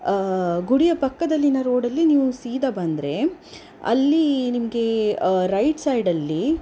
ಗುಡಿಯ ಪಕ್ಕದಲ್ಲಿನ ರೋಡಲ್ಲಿ ನೀವು ಸೀದಾ ಬಂದರೆ ಅಲ್ಲಿ ನಿಮಗೆ ರೈಟ್ ಸೈಡಲ್ಲಿ